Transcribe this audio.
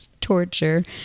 torture